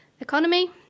economy